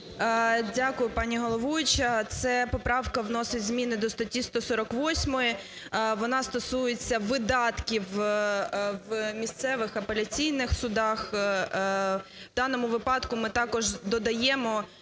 Дякую, пані головуюча. Ця поправка вносить зміни до статті 148. Вона стосується видатків в місцевих апеляційних судах. В даному випадку ми також додаємо